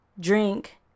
drink